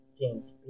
James